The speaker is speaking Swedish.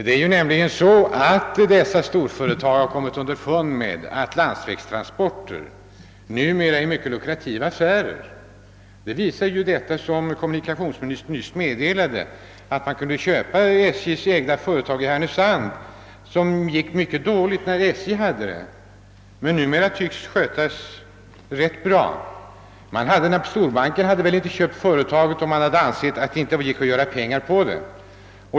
Det är nämligen så, att storföretagen kommit underfund med att landsvägstransporter numera är mycket lukrativa affärer. Det visar ju detta som kommunikationsministern nyss meddelade, nämligen att man kunde köpa SJ:s eget företag i Härnösand, som gick mycket dåligt när SJ hade det men som numera tycks skötas rätt bra. Storbanken hade väl inte köpt företaget om man inte hade ansett att det gick att göra pengar på det.